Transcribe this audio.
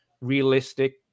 realistic